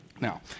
Now